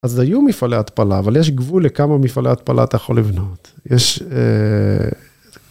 אז היו מפעלי התפלה, אבל יש גבול לכמה מפעלי התפלה אתה יכול לבנות. יש...